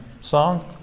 song